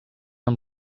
amb